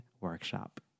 workshop